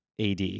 AD